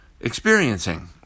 experiencing